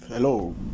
Hello